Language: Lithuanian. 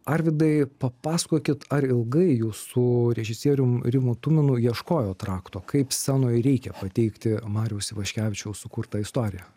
arvydai papasakokit ar ilgai jūs su režisierium rimu tuminu ieškojot rakto kaip scenoj reikia pateikti mariaus ivaškevičiaus sukurtą istoriją